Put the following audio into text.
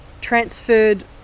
transferred